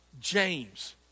James